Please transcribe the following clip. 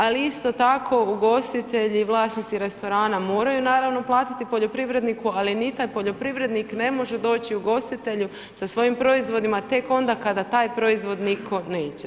Ali isto tako ugostitelji vlasnici restorana moraju naravno platiti poljoprivredniku, ali ni taj poljoprivrednik ne može doći ugostitelju sa svojim proizvodima tek onda kada taj proizvod nitko neće.